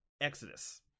Exodus